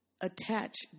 attach